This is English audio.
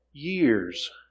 Years